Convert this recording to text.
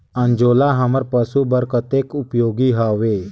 अंजोला हमर पशु बर कतेक उपयोगी हवे?